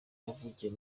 yavukiye